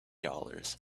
dollars